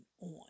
on